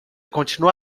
continua